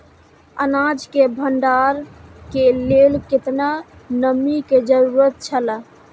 अनाज के भण्डार के लेल केतना नमि के जरूरत छला?